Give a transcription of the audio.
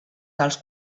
dels